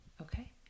Okay